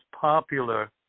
popular